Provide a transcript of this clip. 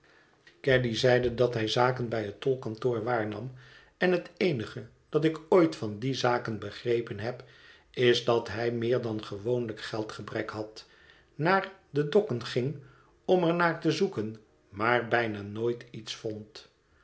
caddy zeide dat hij zaken bij het tolkantoor waarnam en het eenige dat ik ooit van die zaken begrepen heb is dat hij meer dan gewoonlijk geldgebrek had naar de dokken ging om er naar te zoeken maar bijna nooit iets vond